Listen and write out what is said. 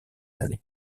allées